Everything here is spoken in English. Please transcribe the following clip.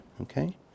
okay